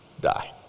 die